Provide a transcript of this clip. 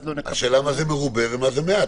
השאלה מה זה מרובה ומה זה מעט.